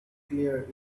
clear